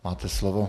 Máte slovo.